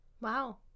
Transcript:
Wow